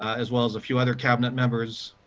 as well as a few other cabinet members,